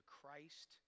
Christ